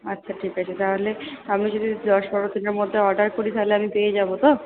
আচ্ছা ঠিক আছে তাহলে আমি যদি দশ বারো দিনের মধ্যে অর্ডার করি তাহলে আমি পেয়ে যাব তো